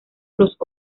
los